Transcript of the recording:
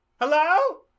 Hello